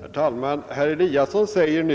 Herr talman! Herr Eliasson i Sundborn